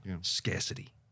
scarcity